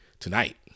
tonight